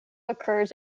occurs